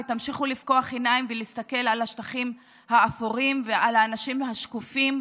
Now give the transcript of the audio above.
ותמשיכו לפקוח עיניים ולהסתכל על השטחים האפורים ועל האנשים השקופים,